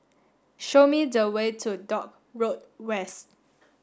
show me the way to Dock Road West